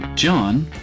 John